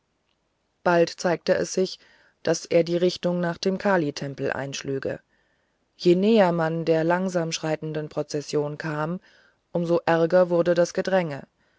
bald zeigte es sich daß er die richtung nach dem kalitempel einschlüge je näher man der langsam schreitenden prozession kam um so ärger wurde das gedränge